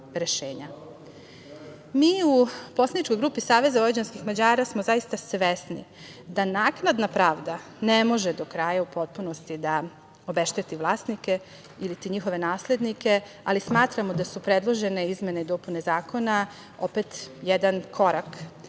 u poslaničkoj grupi Saveza vojvođanskih Mađara smo zaista svesni da naknadna pravda ne može do kraja i u potpunosti da obešteti vlasnike iliti njihove naslednike, ali smatramo da su predložene izmene i dopune zakona opet jedan korak,